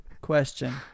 question